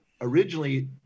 originally